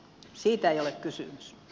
siitä ei ole kysymys